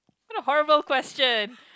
what a horrible question